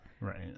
Right